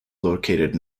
located